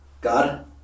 God